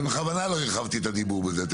ובכוונה לא הרחבתי את הדיבור על זה, כי